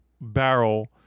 barrel